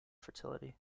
fertility